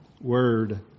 word